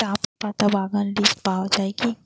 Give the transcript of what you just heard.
চাপাতা বাগান লিস্টে পাওয়া যায় কি?